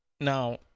now